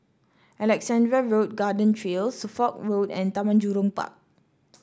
Alexandra Road Garden Trail Suffolk Road and Taman Jurong Park